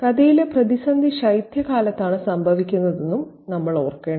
കഥയിലെ പ്രതിസന്ധി ശൈത്യകാലത്താണ് സംഭവിക്കുന്നത് എന്നതും നമ്മൾ ഓർക്കണം